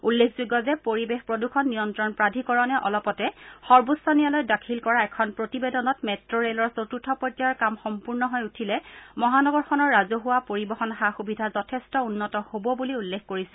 উল্লেখযোগ্য যে পৰিৱেশ প্ৰদূষণ নিয়ন্ত্ৰণ প্ৰাধিকৰণে অলপতে সৰ্বোচ্চ ন্যায়ালয়ত দাখিল কৰা এখন প্ৰতিবেদনত মেট্টো ৰেলৰ চতুৰ্থ পৰ্য্যায়ৰ কাম সম্পূৰ্ণ হৈ উঠিলে মহানগৰখনৰ ৰাজহুৱা পৰিবহণ সা সুবিধা যথেষ্ট উন্নত হ'ব বুলি উল্লেখ কৰিছিল